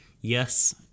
Yes